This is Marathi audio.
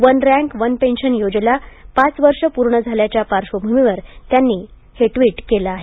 वन रँक वन पेंशन योजनेला पाच वर्षे पुर्ण झाल्याच्या पार्श्वभूमीवर त्यांनी ट्विट केलं आहे